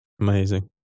Amazing